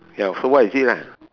ya so what is it lah